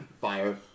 fire